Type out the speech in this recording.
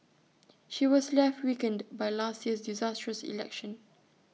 she was left weakened by last year's disastrous election